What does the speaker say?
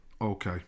okay